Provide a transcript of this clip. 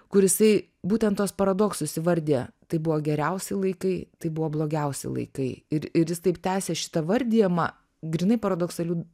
kur jisai būtent tuos paradoksus įvardija tai buvo geriausi laikai tai buvo blogiausi laikai ir ir jis taip tęsia šitą vardijimą grynai paradoksaliu